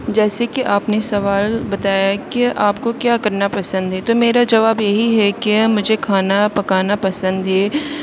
جیسے کہ آپ نے سوال بتایا کہ آپ کو کیا کرنا پسند ہے تو میرا جواب یہی ہے کہ مجھے کھانا پکانا پسند ہے